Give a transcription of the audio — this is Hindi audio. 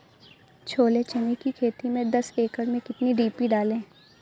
छोले चने की खेती में दस एकड़ में कितनी डी.पी डालें?